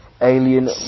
Alien